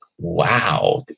Wow